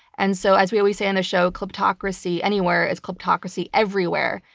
and so as we always say on the show, kleptocracy anywhere is kleptocracy everywhere,